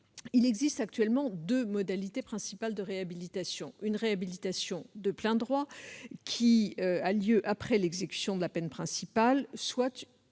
Il existe actuellement deux modalités principales de réhabilitation : soit une réhabilitation de plein droit, qui a lieu après l'exécution de la peine principale ; soit